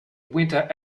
winter